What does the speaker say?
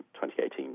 2018